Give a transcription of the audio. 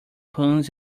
puns